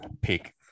pick